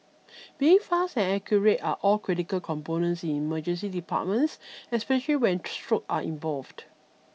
being fast and accurate are all critical components in emergency departments especially when stroke are involved